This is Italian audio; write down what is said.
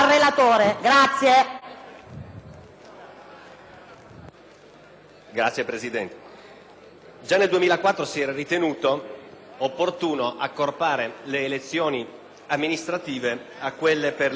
Signora Presidente, già nel 2004 si era ritenuto opportuno accorpare le elezioni amministrative a quelle per l'elezione dei rappresentanti italiani al Parlamento europeo.